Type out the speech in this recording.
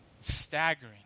staggering